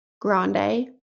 grande